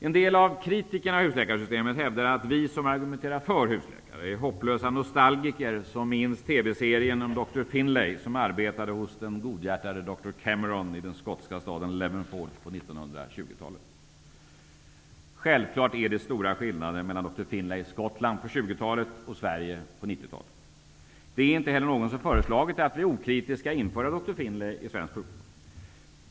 En del av kritikerna till husläkarsystemet hävdar att vi som argumenterar för husläkare är hopplösa nostalgiker, som minns TV-serien om doktor Självfallet är det stora skillnader mellan doktor Finlays Skottland på 20-talet och Sverige på 90 talet. Det är inte heller någon som har föreslagit att vi okritiskt skall införa doktor Finlay i svensk sjukvård.